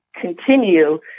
continue